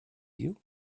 you